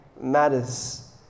matters